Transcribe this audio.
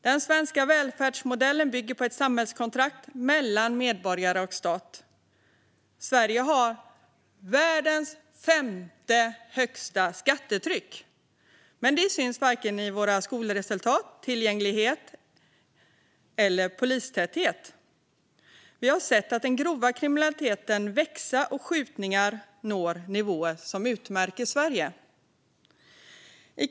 Den svenska välfärdsmodellen bygger på ett samhällskontrakt mellan medborgare och stat. Sverige har världens femte högsta skattetryck, men det syns inte när det gäller vare sig våra skolresultat, tillgängligheten inom vården eller polistätheten. Vi har sett att den grova kriminaliteten ökar, och skjutningarna når nivåer som utmärker Sverige från andra länder.